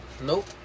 Nope